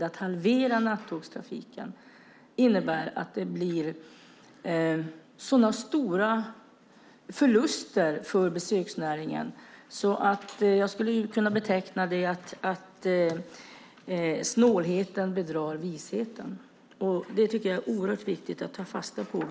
Att halvera nattågstrafiken innebär så stora förluster för besöksnäringen att jag skulle vilja beteckna det som att snålheten bedrar visheten. Det är oerhört viktigt att ta fasta på detta.